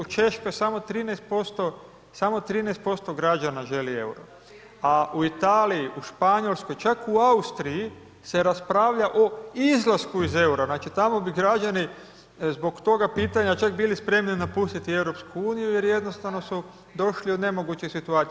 U Češkoj samo 13% građana želi EUR-o, a u Italiji, u Španjolskoj, čak u Austriji se raspravlja o izlasku iz EUR-a, znači, tamo bi građani zbog toga pitanja čak bili spremni napustiti EU jer jednostavno su došli u nemoguću situaciju.